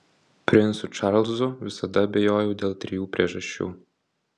princu čarlzu visada abejojau dėl trijų priežasčių